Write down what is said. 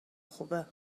خوبه